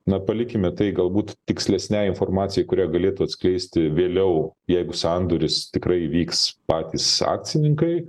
na palikime tai galbūt tikslesnei informacijai kurią galėtų atskleisti vėliau jeigu sandoris tikrai įvyks patys akcininkai